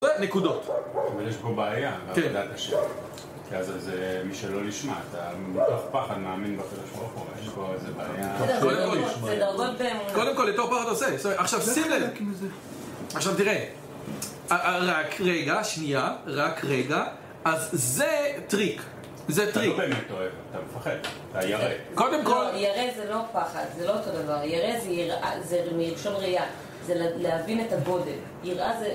זה נקודות, אבל יש פה בעייה, כן אבל אל תשכח זה זה מי שלא נשמע, אתה מתוך פחד מאמין, יש פה בעייה, זה דרגות באומנה, קודם כול לתוך הנושא, עכשיו שים לב! עכשיו תראה, הקריאה השניה, רק רגע שניה, רק רגע, אז זה טריק, זה טריק, אני אומר אתה טועה, אתה מפחד, לא, קודם כל, ירא זה לא פחד זה לא אותו דבר, ירא זה יראה זה מלשון ראייה זה להבין את הגודל יראה זה